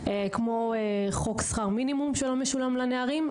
כמו חוק שכר מינימום שלא משולם לנערים.